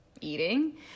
Eating